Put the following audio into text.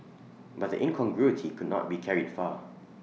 but the incongruity could not be carried far